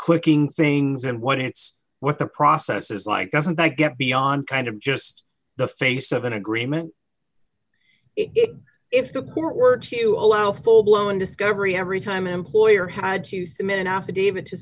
cooking things and what it's what the process is like doesn't that get beyond kind of just the face of an agreement it if the court were to allow full blown discovery every time an employer had to submit an affidavit to